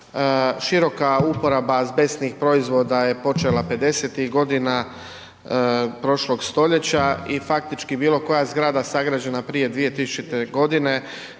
široka uporaba azbestnih proizvoda je počela '50.-tih godina prošlog stoljeća i faktički bilo koja zgrada sagrađena prije 2000.-te godine